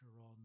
on